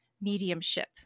mediumship